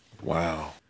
Wow